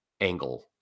angle